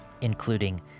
including